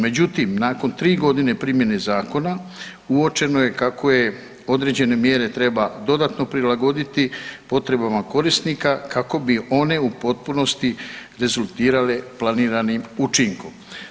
Međutim, nakon tri godine primjene zakona uočeno je kako određene mjere treba dodatno prilagoditi potrebama korisnika kako bi one u potpunosti rezultirale planiranim učinkom.